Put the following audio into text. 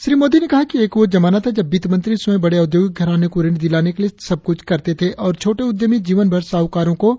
श्री मोदी ने कहा कि एक वो जमाना था जब वित्त मंत्री स्वयं बड़े औद्योगिक घरानों को ऋण दिलाने के लिए सब कुछ करते थे और छोटे उद्यमी जीवनभर साहूकारों को ब्याज चुकाते रहते थे